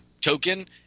token